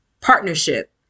partnership